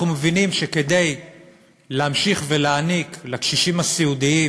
אנחנו מבינים שכדי להמשיך ולהעניק לקשישים הסיעודיים